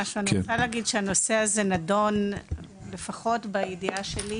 אני רוצה להגיד שהנושא הזה נדון לפחות בידיעה שלי,